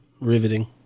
riveting